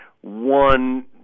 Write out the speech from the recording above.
one –